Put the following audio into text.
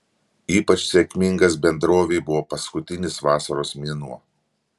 ypač sėkmingas bendrovei buvo paskutinis vasaros mėnuo